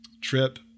Trip